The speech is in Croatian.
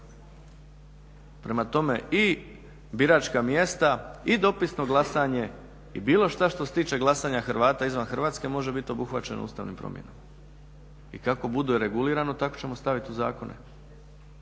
Prema tome i biračka mjesta i dopisno glasanje i bilo šta što se tiče glasanja Hrvata izvan Hrvatske može biti obuhvaćeno ustavnim promjenama i kako bude regulirano tako ćemo staviti u zakone,